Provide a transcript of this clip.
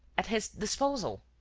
at his disposal!